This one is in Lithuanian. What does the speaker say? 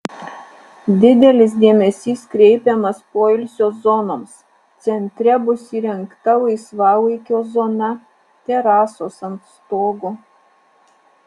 didelis dėmesys kreipiamas poilsio zonoms centre bus įrengta laisvalaikio zona terasos ant stogo